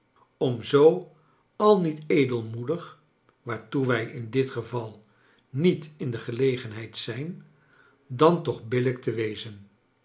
om zoo al niet edelmoedig waartoe wij in dit geval niet in de gelegenheid zijn dan toch billijk te wezen